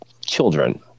children